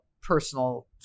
personal